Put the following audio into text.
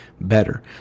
better